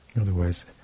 Otherwise